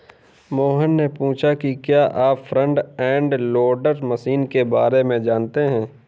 मोहन ने पूछा कि क्या आप फ्रंट एंड लोडर मशीन के बारे में जानते हैं?